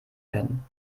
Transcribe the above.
werden